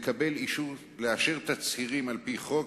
לאשר תצהירים על-פי חוק,